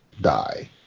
die